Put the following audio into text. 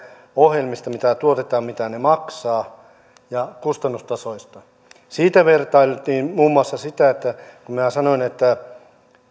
ohjelmista mitä tuotetaan mitä ne maksavat ja kustannustasoista vertailtiin muun muassa sitä kun minä sanoin että